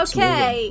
Okay